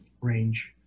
range